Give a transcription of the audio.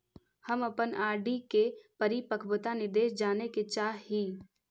हम अपन आर.डी के परिपक्वता निर्देश जाने के चाह ही